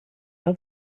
have